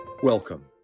Welcome